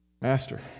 Master